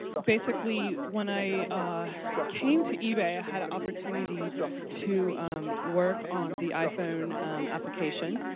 basically, when i came to ebay, i had an opportunity to work on the iphone application.